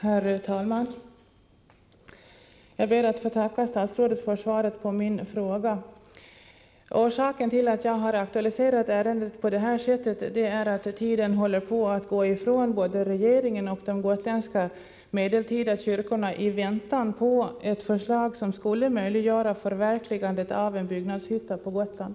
Herr talman! Jag ber att få tacka statsrådet för svaret på min fråga. Orsaken till att jag har aktualiserat ärendet på det här sättet är att tiden håller på att rusa ifrån både regeringen och de gotländska medeltida kyrkorna i väntan på ett förslag som skulle möjliggöra förverkligandet av en byggnadshytta på Gotland.